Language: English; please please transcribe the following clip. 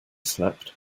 slept